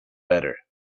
better